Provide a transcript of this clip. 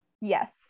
yes